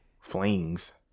flings